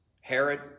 Herod